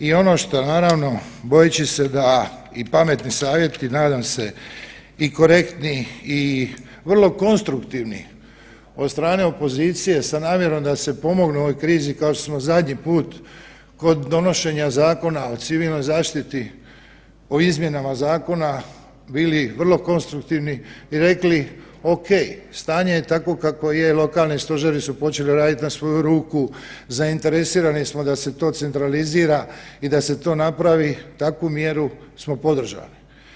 I ono što naravno bojeći se da i pametni savjeti nadam se i korektni i vrlo konstruktivni od strane opozicije sa namjerom da se pomogne u ovoj krizi kao što smo zadnji put kod donošenja Zakona o civilnoj zaštiti o izmjenama zakona bili vrlo konstruktivni i rekli ok, stanje je takvo kakvo je, lokalni stožeri su počeli raditi na svoju ruku, zainteresirani smo da se to centralizira i da se to napravi takvu mjeru smo podržali.